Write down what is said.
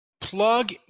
Plug